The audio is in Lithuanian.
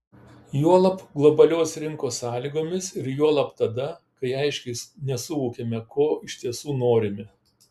juolab globalios rinkos sąlygomis ir juolab tada kai aiškiai nesuvokiame ko iš tiesų norime